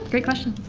great question.